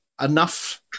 enough